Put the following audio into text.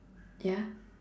ya